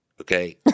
Okay